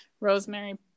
Rosemary